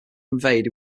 conveyed